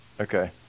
Okay